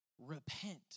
Repent